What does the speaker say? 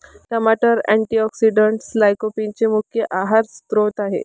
टमाटर अँटीऑक्सिडेंट्स लाइकोपीनचे मुख्य आहार स्त्रोत आहेत